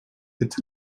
its